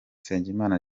nsengimana